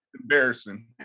embarrassing